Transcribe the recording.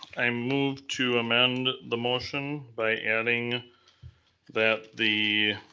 i move to amend the motion by adding that the